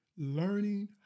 learning